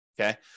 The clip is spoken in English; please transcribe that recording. okay